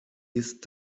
ist